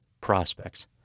prospects